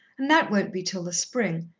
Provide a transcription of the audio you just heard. and that won't be till the spring.